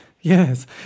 Yes